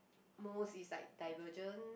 most is like Divergent